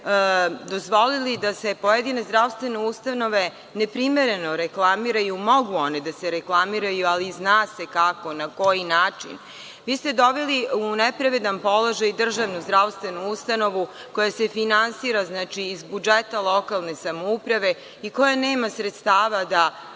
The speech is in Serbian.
dozvolili da se pojedine zdravstvene ustanove neprimereno reklamiraju. Mogu one da se reklamiraju, ali i zna se kako, na koji način. Vi ste doveli u nepravedan položaj državnu zdravstvenu ustanovu koja se finansira iz budžeta lokalne samouprave i koja nema sredstava da